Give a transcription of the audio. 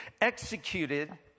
executed